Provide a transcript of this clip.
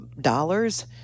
dollars